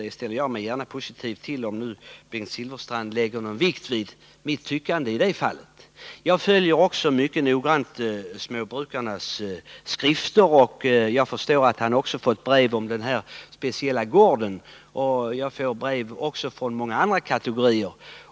Det ställer jag mig positiv till, om Bengt Silfverstrand nu fäster någon vikt vid mitt tyckande i detta fall. Jag följer mycket noggrant småbrukarnas skrifter. Jag förstår att också Bengt Silfverstrand har fått brev om den speciella gården. Jag får brev också från många andra kategorier.